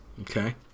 Okay